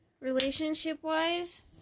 relationship-wise